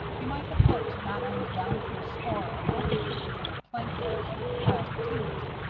you might have looked not only down through a score of openings between plank areas and piles of timbers,